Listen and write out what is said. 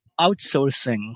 outsourcing